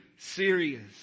Serious